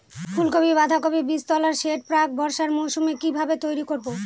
ফুলকপি বাধাকপির বীজতলার সেট প্রাক বর্ষার মৌসুমে কিভাবে তৈরি করব?